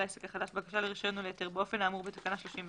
העסק החדש בקשה לרישיון או להיתר באופן האמור בתקנה 31,